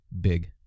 big